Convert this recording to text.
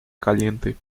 caliente